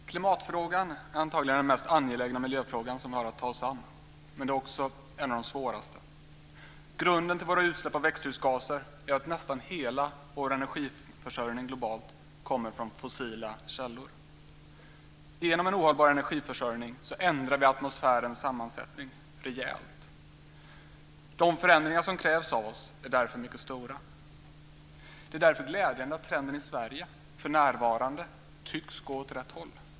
Herr talman! Klimatfrågan är antagligen den mest angelägna miljöfråga som vi har att ta oss an, men den är också en av de svåraste. Grunden till våra utsläpp av växthusgaser är att nästan hela vår globala energiförsörjning kommer från fossila källor. Genom en ohållbar energiförsörjning ändrar vi atmosfärens sammansättning rejält. De förändringar som krävs av oss är därför mycket stora. Det är därför glädjande att trenden i Sverige för närvarande tycks gå åt rätt håll.